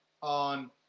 On